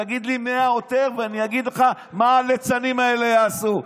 תגיד לי מי העותר ואני אגיד לך מה הליצנים האלה יעשו.